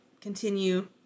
continue